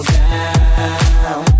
down